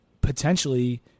potentially